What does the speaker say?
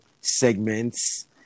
segments